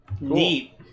Neat